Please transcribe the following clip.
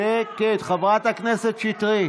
שקט, חברת הכנסת שטרית.